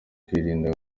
kwirinda